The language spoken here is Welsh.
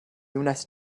wnest